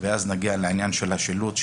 ואז נגיע לעניין של השילוט,